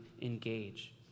engage